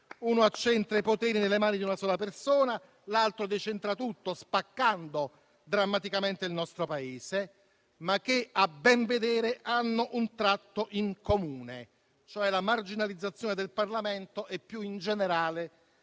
(uno accentra i poteri nelle mani di una sola persona, mentre l'altro decentra tutto, spaccando drammaticamente il nostro Paese), ma che, a ben vedere, hanno un tratto in comune, cioè la marginalizzazione del Parlamento e, più in generale,